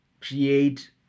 create